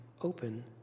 open